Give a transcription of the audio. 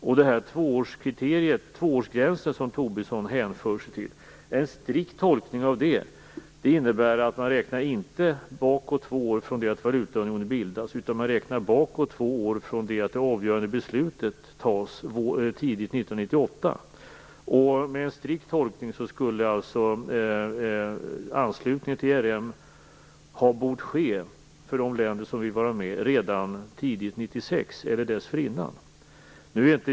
En strikt tolkning av den tvåårsgräns som Tobisson hänvisar till innebär inte att man räknar bakåt två år från det att valutaunionen bildas, utan man räknar bakåt två år från det att det avgörande beslutet fattas tidigt 1998. Med en strikt tolkning skulle anslutningen till ERM för de länder som vill vara med ha bort ske redan tidigt 1996 eller dessförinnan.